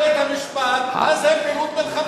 לבית-המשפט מה זה פעילות מלחמתית.